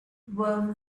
were